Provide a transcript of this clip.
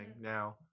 Now